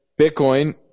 Bitcoin